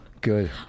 Good